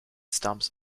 stumps